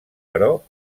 però